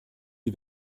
die